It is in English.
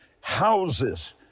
houses